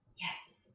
yes